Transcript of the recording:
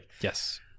Yes